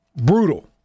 brutal